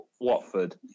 Watford